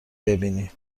ببینی